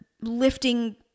lifting